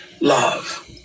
love